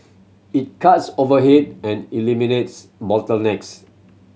it cuts overhead and eliminates bottlenecks